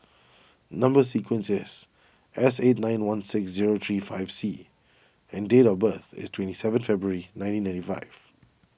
Number Sequence is S eight nine one six zero three five C and date of birth is twenty seventh February nineteen ninety five